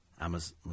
Amazon